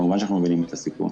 כמובן שאנחנו מבינים את הסיכון.